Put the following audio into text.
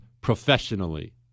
professionally